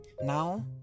now